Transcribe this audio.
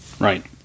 Right